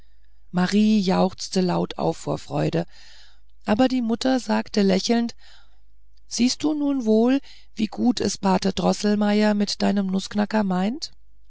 marie jauchzte laut auf vor freude aber die mutter sagte lächelnd siehst du nun wohl wie gut es pate droßelmeier mit deinem nußknacker meint